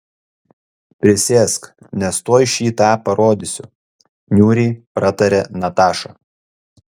prisėsk nes tuoj šį tą parodysiu niūriai pratarė nataša